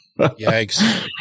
Yikes